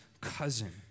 cousin